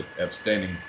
outstanding